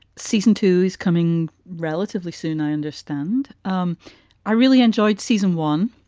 season two is coming relatively soon. i understand. um i really enjoyed season one.